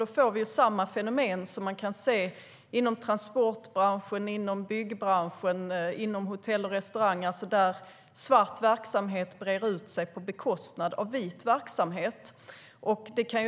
Då får vi samma fenomen som vi kan se inom transportbranschen inklusive taxinäringen, inom byggbranschen och inom hotell och restaurang, alltså att svart verksamhet breder ut sig på bekostnad av vit verksamhet.